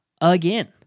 again